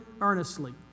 earnestly